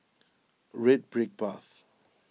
Red Brick Path